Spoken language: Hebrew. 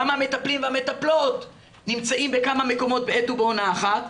גם המטפלים והמטפלות נמצאים בכמה מקומות בעת ובעונה אחת,